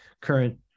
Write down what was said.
current